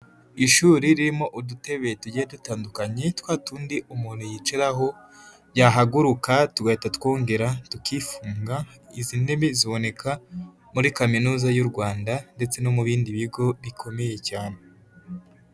Ishuri ririmo udutebe tugiye dutandukanye twa tundi umuntu yicaraho yahaguruka tugahita twongera tukifunga, izi ntebe ziboneka muri kaminuza y'u Rwanda ndetse no mu bindi bigo bikomeye cyane.